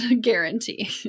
guarantee